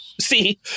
see